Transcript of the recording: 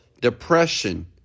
depression